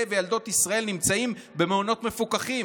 וילדות ישראל נמצאים במעונות מפוקחים?